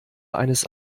eines